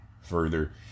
further